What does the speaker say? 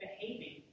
behaving